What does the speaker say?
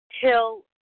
Till